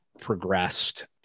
progressed